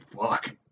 fuck